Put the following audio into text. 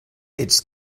its